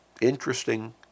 interesting